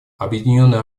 объединенные